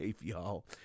y'all